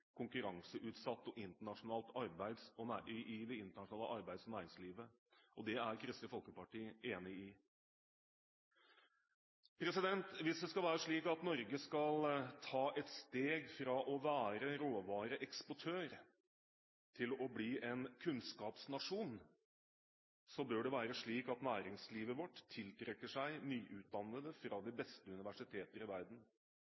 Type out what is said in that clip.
konkurranseutsatt og internasjonalt arbeids- og næringsliv.» Det er Kristelig Folkeparti enig i. Hvis Norge skal ta et steg fra å være råvareeksportør til å bli en kunnskapsnasjon, bør det være slik at næringslivet vårt tiltrekker seg nyutdannede fra de beste universiteter i verden.